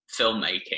filmmaking